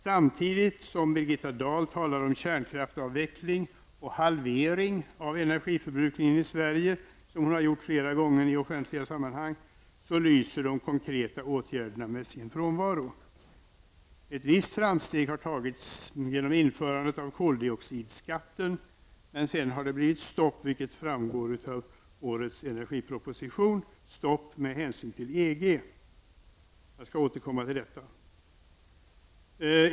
Samtidigt som Birgitta Dahl talar om kärnkraftsavveckling och halvering av energiförbrukningen i Sverige, vilket hon har gjort flera gånger i offentliga sammanhang, lyser de konkreta åtgärderna med sin frånvaro. Ett visst framsteg har gjorts med införandet av koldioxidskatten, men sedan har det blivit stopp med hänsyn till EG, vilket framgår av årets energiproposition. Jag skall återkomma till detta.